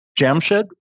Jamshed